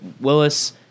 Willis